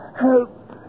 help